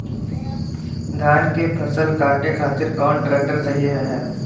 धान के फसल काटे खातिर कौन ट्रैक्टर सही ह?